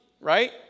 right